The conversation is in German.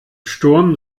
sturm